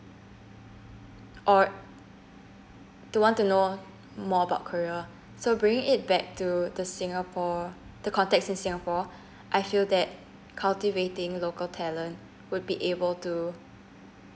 or to want to know more about korea so bringing it back to the singapore the context in singapore I feel that cultivating local talent would be able to